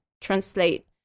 translate